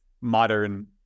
modern